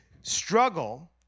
struggle